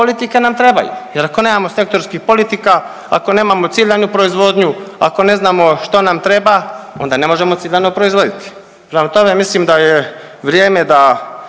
politike nam trebaju jer ako nemamo sektorskih politika, ako nemamo ciljanu proizvodnju, ako ne znamo što nam treba onda ne možemo ciljano proizvoditi. Prema tome, mislim da je vrijeme da